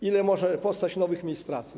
Ile może powstać nowych miejsc pracy?